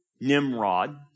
Nimrod